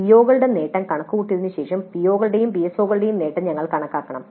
സിഒകളുടെ നേട്ടം കണക്കുകൂട്ടിയതിനുശേഷം പിഒകളുടെയും പിഎസ്ഒകളുടെയും നേട്ടം ഞങ്ങൾ കണക്കാക്കണം